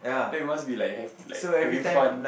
then you must be like hav~ like having fun